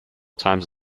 times